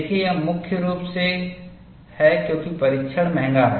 देखें यह मुख्य रूप से है क्योंकि परीक्षण महंगा है